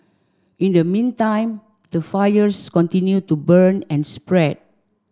in the meantime the fires continue to burn and spread